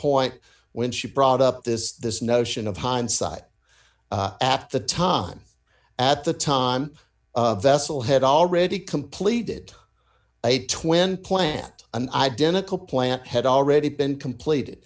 point when she brought up this this notion of hindsight at the time at the time vessel had already completed a twin plant an identical plant had already been completed